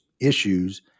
issues